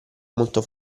molto